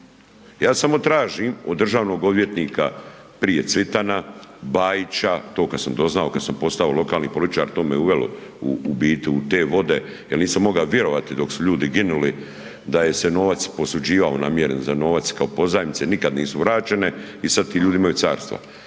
Ja samo tražim od državnog odvjetnika prije Cvitana, Bajića to kada sam doznao kad sam postao lokalni političar to me uvelo u te vode jel nisam mogao vjerovati dok su ljudi ginuli da je se novac posuđivao namjeren za novac kao pozajmice nikad nisu vraćene i sada ti ljudi imaju carstva.